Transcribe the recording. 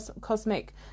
cosmic